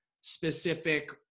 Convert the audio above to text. specific